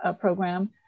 program